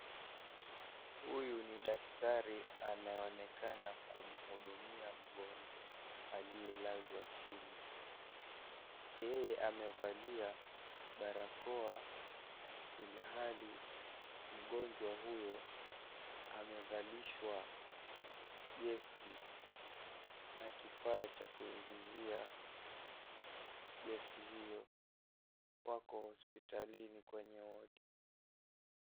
Huyu ni daktari anayeonekana kumhudumia mgonjwa aliyelazwa chini, yeye amevalia barakoa ilihali mgonjwa huyo amevalishwa gesi na kifaa cha kuingizia gesi hiyo, wako hospitalini kwenye wodi.